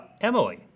Emily